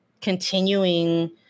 continuing